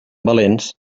valents